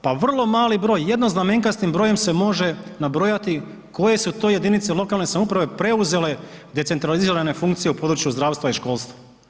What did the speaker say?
Pa vrlo mali broj, jednoznamenkastim brojem se može nabrojati koje su to jedinice lokalne samouprave preuzele decentralizirane funkcije u području zdravstva i školstva.